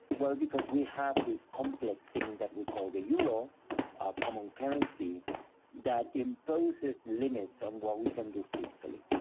well because we have this complex thing that we call the euro, a common currency that imposes limits on what we can do fiscally.